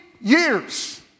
years